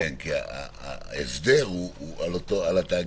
כן, כי ההסדר הוא על התאגיד.